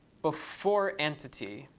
before entity,